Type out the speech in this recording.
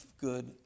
good